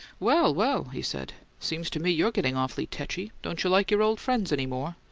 well, well! he said. seems to me you're getting awful tetchy! don't you like your old friends any more?